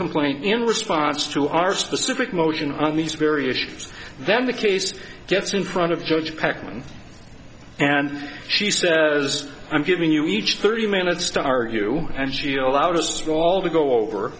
complaint in response to our specific motion on these very issues then the case gets in front of judge peckman and she says i'm giving you each thirty minutes to argue and she allowed a small to go over